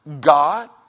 God